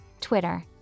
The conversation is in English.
Twitter